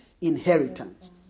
inheritance